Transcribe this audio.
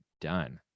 done